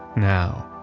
now.